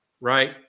Right